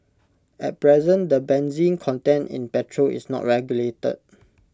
at present the benzene content in petrol is not regulated